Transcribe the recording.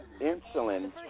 insulin